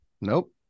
nope